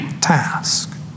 task